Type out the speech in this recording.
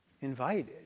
invited